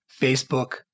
Facebook